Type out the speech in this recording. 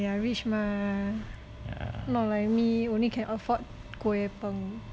!aiya! rich mah not like me only can afford kway peng